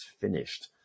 finished